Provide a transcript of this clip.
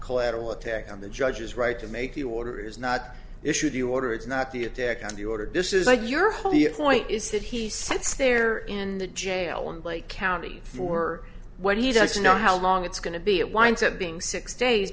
collateral attack on the judges right to make the order is not issued the order it's not the attack on the order this is like your whole the point is that he sits there in the jail and lake county for what he doesn't know how long it's going to be it winds up being six days